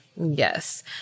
Yes